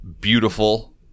beautiful